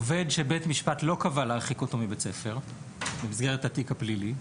עובד שבית משפט לא קבע להרחיק אותו מבית ספר במסגרת התיק הפלילי,